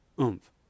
Oomph